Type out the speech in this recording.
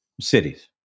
cities